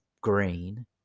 green